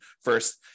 first